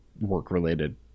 work-related